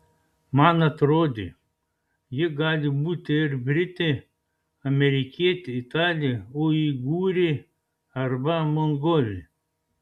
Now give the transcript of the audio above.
man atrodė ji gali būti ir britė amerikietė italė uigūrė arba mongolė